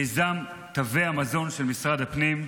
מיזם תווי המזון של משרד הפנים.